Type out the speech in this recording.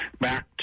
back